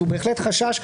הוא בהחלט חשש.